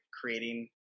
creating